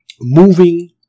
moving